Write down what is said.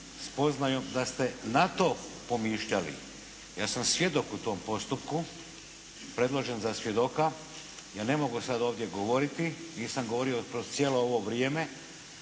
spoznajom da ste na to pomišljali. Ja sam svjedok u tom postupku, predložen za svjedoka, ja ne mogu sada ovdje govoriti, nisam govorio kroz cijelo ovo vrijeme,